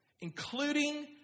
Including